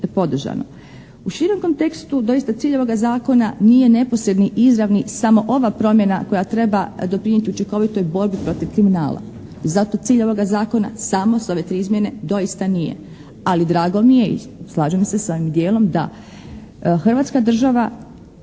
U širem kontekstu doista cilj ovoga zakona nije neposredno izravno samo ova promjena koja treba doprinijeti učinkovitoj borbi protiv kriminala. Zato cilj ovoga zakona samo sa ove tri izmjene doista nije. Ali drago mi je i slažem se sa ovim dijelom da Hrvatska država